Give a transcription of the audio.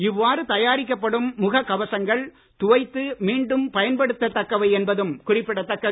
இவ்வாறு தயாரிக்கப்படும் முக கவசங்கள் துவைத்து மீண்டும் பயன்படுத்த தக்கவை என்பதும் குறிப்பிடதக்கது